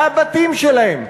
מהבתים שלהם,